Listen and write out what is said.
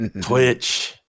Twitch